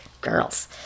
girls